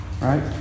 right